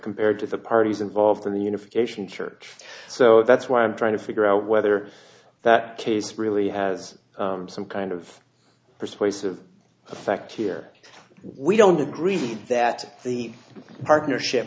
compared to the parties involved in the unification church so that's why i'm trying to figure out whether that case really has some kind of persuasive effect here we don't agree that the partnership